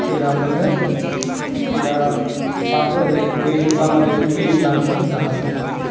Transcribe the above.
खैला मोनो खैला फानो ओरै दैजों बांलादेसजों दैजों लाङो जाहाजजों लाङो